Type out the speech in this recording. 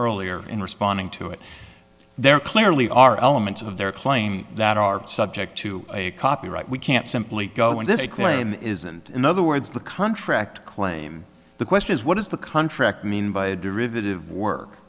earlier in responding to it there clearly are elements of their claim that are subject to a copyright we can't simply go and this claim is and in other words the contract claim the question is what does the contract mean by a derivative work